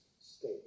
state